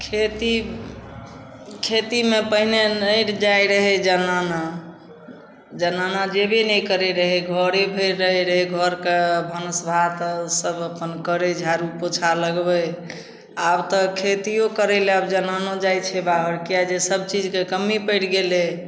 खेती खेतीमे पहिने नहि जाइ रहै जनाना जनाना जेबे नहि करै रहै घरे भरि रहै रहै घरके भानस भातसब अपन करै झाड़ू पोछा लगबै आब तऽ खेतिओ करैलए आब जनानो जाइ छै बाहर किएक जे सबचीजके कमी पड़ि गेलै